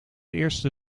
eerste